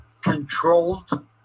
controlled